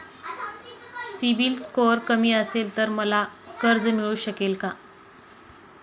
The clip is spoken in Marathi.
सिबिल स्कोअर कमी असेल तर मला कर्ज मिळू शकेल का?